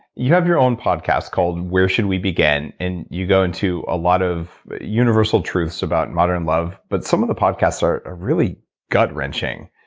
you have your own podcast called, where should we begin? and you go into a lot of universal truths about modern love but some of the podcasts are ah really gut wrenching.